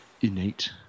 innate